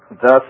Thus